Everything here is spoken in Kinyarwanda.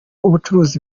ubucuruzi